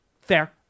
Fair